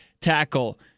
tackle